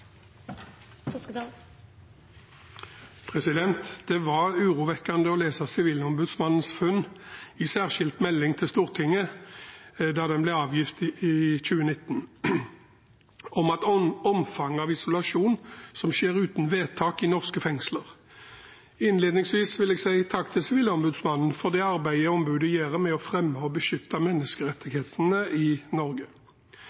den ble avgitt i 2019, om omfanget av isolasjon som skjer uten vedtak i norske fengsler. Innledningsvis vil jeg si takk til Sivilombudsmannen for det arbeidet ombudet gjør med å fremme og beskytte